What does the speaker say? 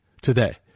today